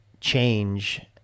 change